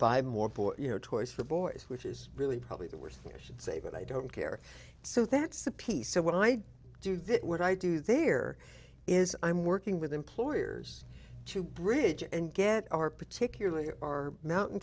buy more boy you know toys for boys which is really probably the worst thing i should say but i don't care so that's a piece of what i do that what i do there is i'm working with employers to bridge and get our particularly our mountain